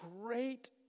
great